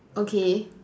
okay